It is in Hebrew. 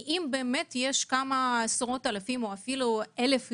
אם יש כמה עשרות אלפים, או אפילו אלף איש,